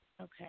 Okay